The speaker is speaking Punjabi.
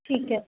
ਠੀਕ ਹੈ